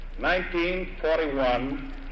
1941